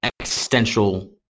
existential